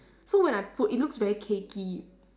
so when I put it looks very cakey